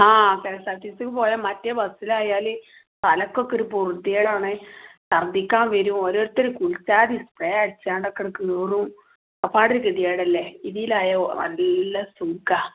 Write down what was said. ആ K S R T സിക്ക് പോയാൽ മറ്റേ ബെസ്സിലായാൽ തലക്കൊക്കെ ഒരു പൂഴ്ത്തികേടാണെ ഛർദ്ദിക്കാൻ വരോ ഓരോരുത്തർ കുളിക്കാത് സ്പ്രേയടിച്ചോണ്ടക്കങ്ട് കയറും അപ്പാട് ഗതികേടല്ലെ ഇതീലായോ നല്ല സുഖം